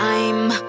Time